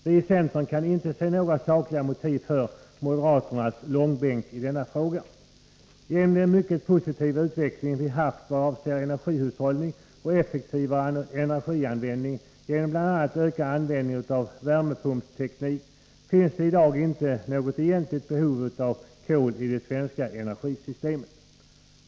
Vi i centern kan inte se några sakliga motiv för moderaternas långbänk i denna fråga. Till följd av den mycket positiva utveckling vi haft vad avser energihushållning och effektivare energianvändning genom bl.a. ökad användning av värmepumpsteknik finns det i dag inte något egentligt behov av kol i det svenska energisystemet.